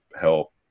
help